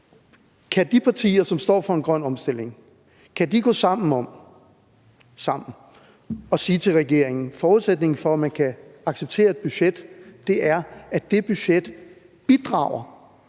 Kan de partier, som står for en grøn omstilling, gå sammen om – sammen – at sige til regeringen, at forudsætningen for, at man kan acceptere et budget, er, at det budget bidrager